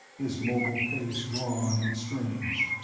his mobile face drawn and strange.